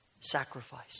Sacrifice